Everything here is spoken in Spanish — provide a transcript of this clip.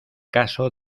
caso